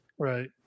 right